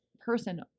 person